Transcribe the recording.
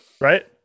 right